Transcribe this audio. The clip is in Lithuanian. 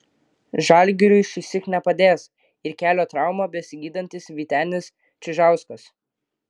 žalgiriui šįsyk nepadės ir kelio traumą besigydantis vytenis čižauskas